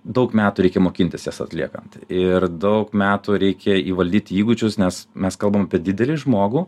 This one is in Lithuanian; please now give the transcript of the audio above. daug metų reikia mokintis jas atliekant ir daug metų reikia įvaldyti įgūdžius nes mes kalbam apie didelį žmogų